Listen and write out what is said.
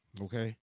okay